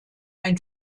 ein